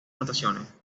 anotaciones